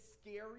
scary